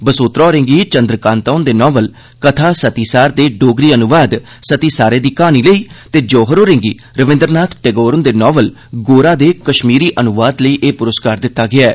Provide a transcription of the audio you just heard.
बसोत्रा होरें गी चन्द्रकांता हुंदे नावल ''कथा सतीसार'' दे डोगरी अनुवाद ''सतीसारे दी क्हानी'' लेई ते जौहर होरें गी रविन्दरनाथ टैगोर हुंदे नावल ''गोरा'' दे कश्मीरी अनुवाद लेई एह् पुरस्कार दित्ता गेआ ऐ